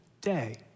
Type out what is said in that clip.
day